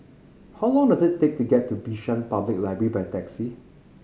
how long does it take to get to Bishan Public Library by taxi